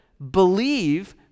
Believe